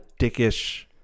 dickish